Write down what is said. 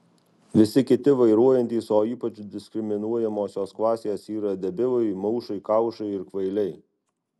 visi kiti vairuojantys o ypač diskriminuojamosios klasės yra debilai maušai kaušai ir kvailiai